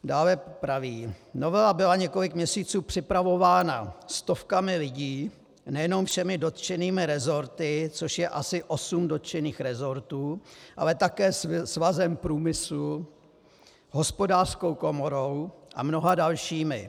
Dále praví: Novela byla několik měsíců připravována stovkami lidí, nejenom všemi dotčenými resorty, což je asi osm dotčených resortů, ale také Svazem průmyslu, Hospodářskou komorou a mnoha dalšími.